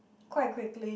quite quickly